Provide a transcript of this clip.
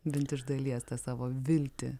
bent iš dalies tą savo viltį